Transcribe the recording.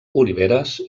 oliveres